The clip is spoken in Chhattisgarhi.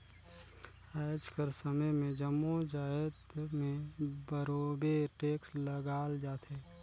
आएज कर समे में जम्मो जाएत में बरोबेर टेक्स लगाल जाथे